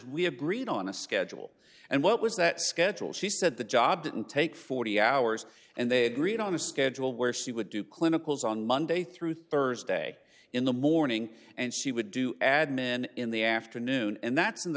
breed on a schedule and what was that schedule she said the job didn't take forty hours and they agreed on a schedule where she would do clinical is on monday through thursday in the morning and she would do admin in the afternoon and that's in the